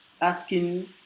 asking